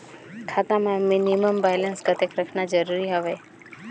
खाता मां minimum balance कतेक रखना जरूरी हवय?